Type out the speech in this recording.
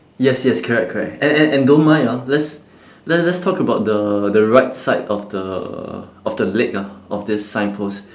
yes yes correct correct and and and don't mind ah let's let's let's talk about the the right side of the of the leg ah of this signpost